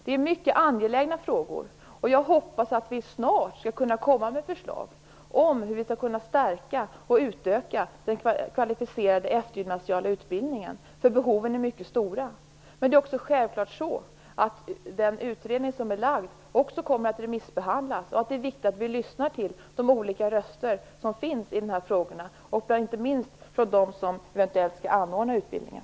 Det är mycket angelägna frågor, och jag hoppas att vi snart skall kunna komma med förslag för att vi skall kunna stärka och utöka den kvalificerade eftergymnasiala utbildningen, för behoven är mycket stora. Men utredningen kommer att remissbehandlas. Det är viktigt att vi lyssnar till de olika röster som hörs i denna fråga, inte minst deras som eventuellt skall anordna utbildningen.